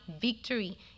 victory